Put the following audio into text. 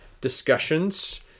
discussions